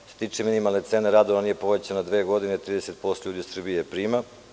Što se tiče minimalne cene rada, ona nije povećana dve godine, 30% ljudi u Srbiji je prima.